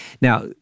Now